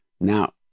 Now